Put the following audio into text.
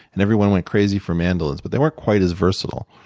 and everyone went crazy for mandolins but they weren't quite as versatile.